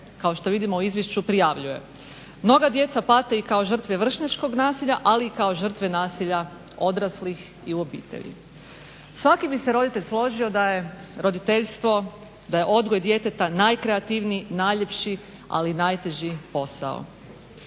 kao što vidimo u izvješću prijavljuje. Mnoga djeca pate i kao žrtve vršnjačkog nasilja, ali i kao žrtve nasilja odraslih i u obitelji. Svaki bi se roditelj složio da je roditeljstvo, da je odgoj djeteta najkreativniji, najljepši, ali i najteži posao.